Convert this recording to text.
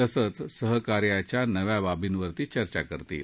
तसंच सहकार्याच्या नव्या बाबीवर चर्चा करतील